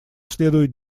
следует